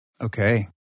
Okay